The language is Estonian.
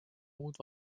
muud